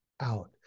out